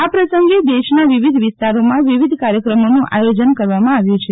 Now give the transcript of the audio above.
આ પ્રસંગે દેશના વિવિધ વિસ્તારોમાં વિવિધ કાર્યક્રમોનું આયોજન કરવામાં આવ્યુ છે